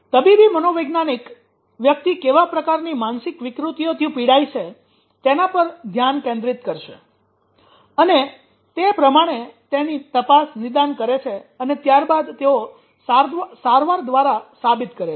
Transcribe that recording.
તબીબી મનોવૈજ્ઞાનિક વ્યક્તિ કેવા પ્રકારની માનસિક વિકૃતિઓથી પીડાય છે તેના પર ધ્યાન કેન્દ્રિત કરશે અને તે પ્રમાણે તેની તપાસ નિદાન કરે છે અને ત્યાર બાદ તેઓ સારવાર દ્વારા સાબિત કરે છે